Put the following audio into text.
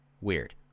weird